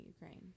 Ukraine